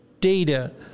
data